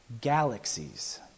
galaxies